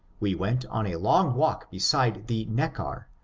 we went on a long walk beside the neckar,